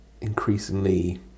increasingly